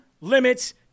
limits